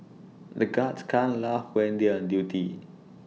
the guards can't laugh when they are on duty